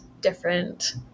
different